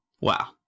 Wow